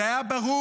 זה היה ברור,